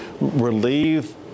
relieve